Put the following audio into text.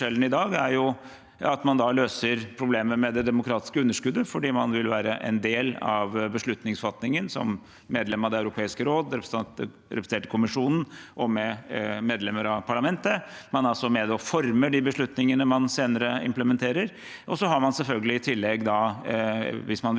er at man da løser problemet med det demokratiske underskuddet fordi man vil være en del av beslutningsfatningen som medlem av Det europeiske råd, representert i Kommisjonen og med medlemmer av parlamentet. Man er altså med og former de beslutningene man senere implementerer. I tillegg har man selvfølgelig, hvis man vil